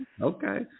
Okay